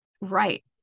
right